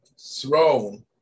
thrown